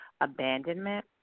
abandonment